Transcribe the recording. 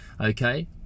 Okay